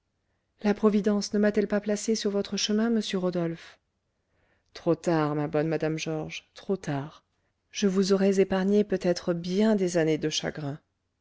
la providence ne m'a-t-elle pas placée sur votre chemin monsieur rodolphe trop tard ma bonne madame georges trop tard je vous aurais épargné peut-être bien des années de chagrin